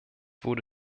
wurde